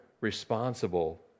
responsible